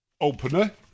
opener